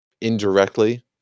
indirectly